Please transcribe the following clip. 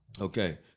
Okay